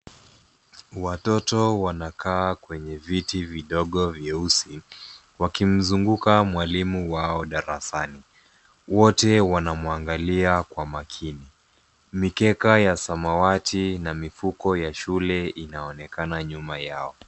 Watoto wanakaa kwenye viti vidogo vyeusi wakimzunguka mwalimu wao darasani. Wote wanamuangalia kwa makini. Mikeka ya samawati na mifuko ya shule inaonekana nyuma yao.